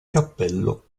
cappello